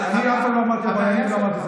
אני אף פעם לא אמרתי "עבריינים" ולא אמרתי זה,